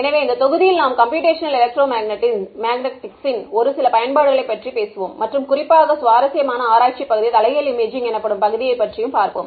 எனவே இந்த தொகுதியில் நாம் கம்ப்யூடேஷனல் எலெக்ட்ரோமேக்னெட்டிக்ஸ் ன் ஒரு சில பயன்பாடுகளைப் பற்றி பேசுவோம் மற்றும் குறிப்பாக சுவாரஸ்யமான ஆராய்ச்சி பகுதி தலைகீழ் இமேஜிங் எனப்படும் பகுதியை பற்றியும் பார்ப்போம்